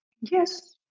Yes